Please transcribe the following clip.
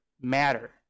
matter